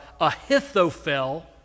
Ahithophel